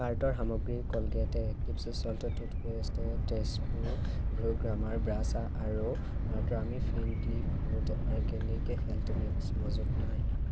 কাৰ্টৰ সামগ্ৰী Colgate active salt toothpaste ডেছ প্ৰো ভ্ৰূ গ্ৰামাৰ ব্ৰাছা আৰু tummy friendly food organic health mix মজুত নাই